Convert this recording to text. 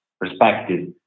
perspective